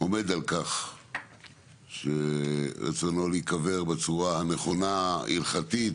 עומד על כך שרצונו להיקבר בצורה הנכונה הלכתית,